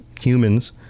humans